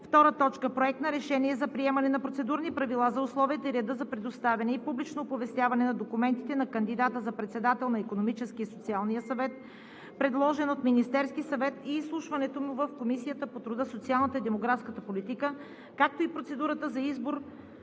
2020 г. 2. Проект на решение за приемане на Процедурни правила за условията и реда за представяне и публично оповестяване на документите на кандидата за председател на Икономическия и социален съвет, предложен от Министерския съвет, и изслушването му в Комисията по труда, социалната и демографската политика, както и процедурата за избор